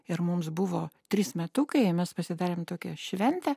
ir mums buvo trys metukai mes pasidarėm tokią šventę